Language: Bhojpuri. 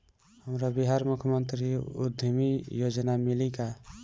हमरा बिहार मुख्यमंत्री उद्यमी योजना मिली का?